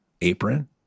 apron